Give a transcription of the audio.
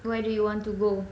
where do you want to go